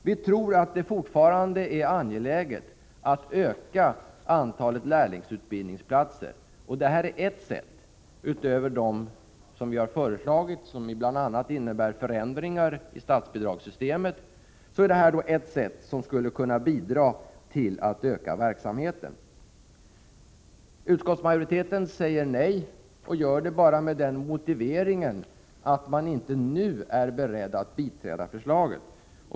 Vi tror att det alltjämt är angeläget att öka antalet lärlingsutbildningsplatser. Detta är ett sätt, utöver vad vi har föreslagit, och som bl.a. innebär förändringar i statsbidragssystemet, så att man skulle kunna öka verksamheten. Utskottsmajoriteten säger nej, dock bara med den motiveringen att man inte nu är beredd att biträda förslaget.